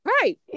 Right